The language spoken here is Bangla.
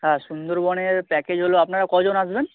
হ্যাঁ সুন্দরবনের প্যাকেজ হলো আপনারা কজন আসবেন